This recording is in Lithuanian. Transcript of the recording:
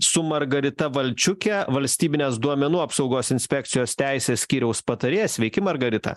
su margarita valčiuke valstybinės duomenų apsaugos inspekcijos teisės skyriaus patarėja sveiki margarita